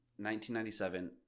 1997